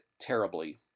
terribly